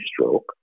stroke